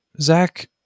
Zach